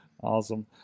Awesome